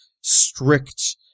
strict